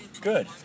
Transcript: Good